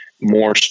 more